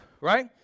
right